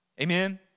Amen